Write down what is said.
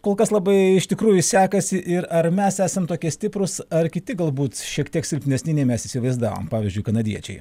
kol kas labai iš tikrųjų sekasi ir ar mes esam tokie stiprūs ar kiti galbūt šiek tiek silpnesni nei mes įsivaizdavom pavyzdžiui kanadiečiai